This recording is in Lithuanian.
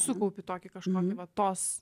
sukaupi tokį kažkokį va tos